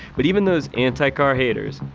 but even those anti-car haters,